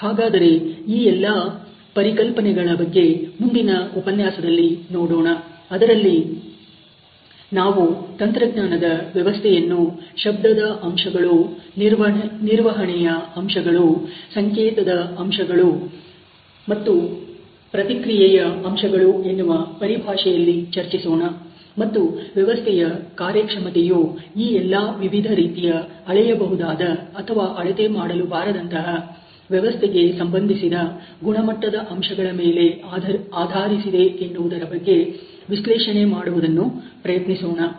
ಹಾಗಾದರೆ ನಾವು ಈ ಎಲ್ಲ ಪರಿಕಲ್ಪನೆಗಳ ಬಗ್ಗೆ ಮುಂದಿನ ಉಪನ್ಯಾಸದಲ್ಲಿ ನೋಡೋಣ ಅದರಲ್ಲಿ ನಾವು ತಂತ್ರಜ್ಞಾನದ ವ್ಯವಸ್ಥೆಯನ್ನು ಶಬ್ದದ ಅಂಶಗಳು ನಿರ್ವಹಣೆಯ ಅಂಶಗಳು ಸಂಕೇತಗಳ ಅಂಶಗಳು ಮತ್ತು ಪ್ರತಿಕ್ರಿಯೆಯ ಅಂಶಗಳು ಎನ್ನುವ ಪರಿಭಾಷೆಯಲ್ಲಿ ಚರ್ಚಿಸೋಣ ಮತ್ತು ವ್ಯವಸ್ಥೆಯ ಕಾರ್ಯಕ್ಷಮತೆಯು ಈ ಎಲ್ಲ ವಿವಿಧ ರೀತಿಯ ಅಳೆಯಬಹುದಾದ ಅಥವಾ ಅಳತೆ ಮಾಡಲು ಬಾರದಂತಹ ವ್ಯವಸ್ಥೆಗೆ ಸಂಬಂಧಿಸಿದ ಗುಣಮಟ್ಟದ ಅಂಶಗಳ ಮೇಲೆ ಆಧಾರಿಸಿದೆ ಎನ್ನುವುದರ ಬಗ್ಗೆ ವಿಶ್ಲೇಷಣೆ ಮಾಡುವುದನ್ನು ಪ್ರಯತ್ನಿಸೋಣ